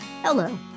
Hello